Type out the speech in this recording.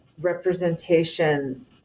representation